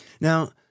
Now